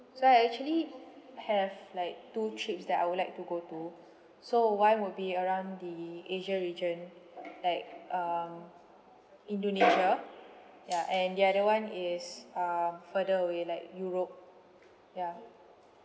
so I actually have like two trips that I would like to go to so one would be around the asia region like um indonesia ya and the other one is um further away like europe ya